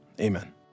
amen